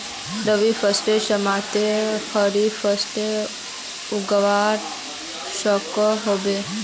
रवि फसलेर समयेत खरीफ फसल उगवार सकोहो होबे?